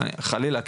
חלילה,